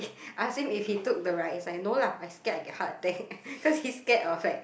ask him if he took the ride is like no lah I scared I get heart attack cause he's scared of like